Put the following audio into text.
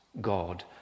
God